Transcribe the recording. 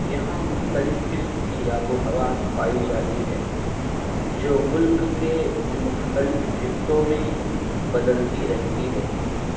یہاں مختلف قسم کی آب و ہوا پائی جاتی ہے جو ملک کے مختلف خطوں میں بدلتی رہتی ہے